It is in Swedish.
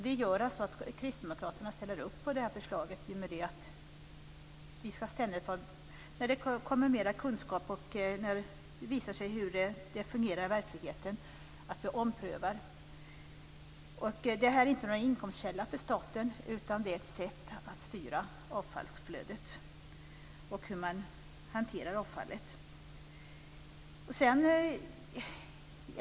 Därför kan kristdemokraterna ställa upp på förslaget. När det kommer mera kunskap och det visar sig hur det fungerar i verkligheten kan vi ompröva det. Skatten är inte någon inkomstkälla för staten utan ett sätt att styra avfallsflödet och avfallshanteringen.